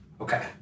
Okay